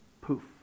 Poof